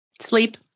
Sleep